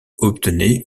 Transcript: obtenait